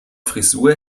frisur